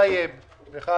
אני מודה לחבר הכנסת טייב ולך,